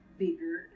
bigger